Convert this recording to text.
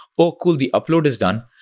oh, cool! the upload is done,